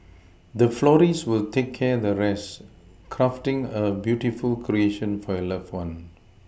the florist will take care the rest crafting a beautiful creation for your loved one